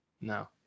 No